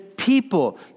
People